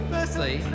Firstly